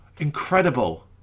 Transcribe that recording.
Incredible